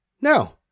no